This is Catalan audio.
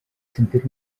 sentir